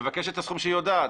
היא מבקשת את הסכום שהיא יודעת,